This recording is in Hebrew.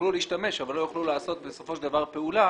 יוכלו להשתמש אבל לא יוכלו לעשות בסופו של דבר פעולה